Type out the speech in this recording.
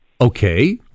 Okay